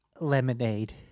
Lemonade